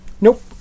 Nope